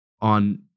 on